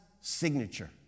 signature